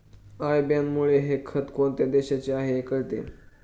I बॅनमुळे हे खाते कोणत्या देशाचे आहे हे कळते